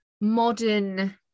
modern